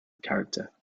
character